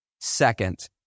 Second